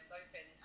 open